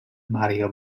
mario